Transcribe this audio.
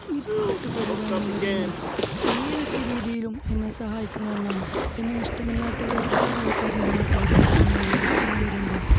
ഈ പാട്ട് പാടുക എന്നുള്ളത് എന്നെ ഏതൊക്കെ രീതിയിലും എന്നെ സഹായിക്കുന്ന ഒന്നാണ് എന്നെ ഇഷ്ടമല്ലാത്ത ഒരുപാട് ആള്ക്കാരുണ്ട് നാട്ടിൽ എന്നെ വെറുക്കുന്നവരുണ്ട്